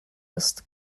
ist